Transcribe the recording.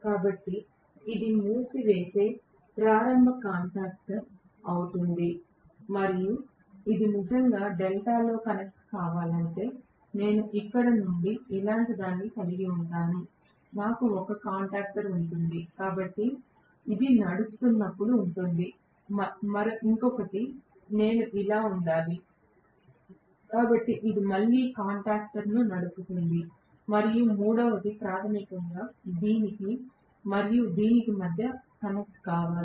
కాబట్టి ఇది మూసివేసే ప్రారంభ కాంటాక్టర్ అవుతుంది మరియు ఇది నిజంగా డెల్టాలో కనెక్ట్ కావాలంటే నేను ఇక్కడ నుండి ఇలాంటిదాన్ని కలిగి ఉంటాను నాకు ఒక కాంటాక్టర్ ఉంటుంది కాబట్టి ఇది నడుస్తున్నప్పుడు ఉంటుంది ఇంకొకటి నేను ఇలా ఉండాలి కాబట్టి ఇది మళ్ళీ కాంటాక్టర్ ను నడుపుతుంది మరియు మూడవది ప్రాథమికంగా దీనికి మరియు దీనికి మధ్య కనెక్ట్ కావాలి